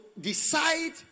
decide